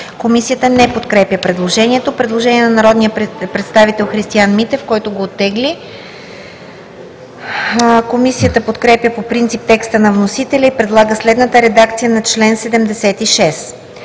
Комисията не подкрепя предложението. Предложение на народния представител Христиан Митев, което той оттегли. Комисията подкрепя по принцип текста на вносителя и предлага следната редакция на чл. 76: